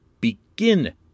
begin